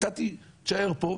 אתה תישאר פה,